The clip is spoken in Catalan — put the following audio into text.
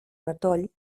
matoll